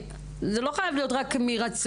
זה לא חייב להיות רק מרצון,